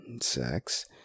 sex